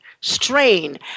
strain